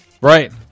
Right